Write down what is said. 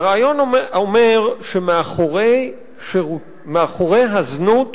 והרעיון אומר שמאחורי הזנות